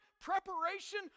preparation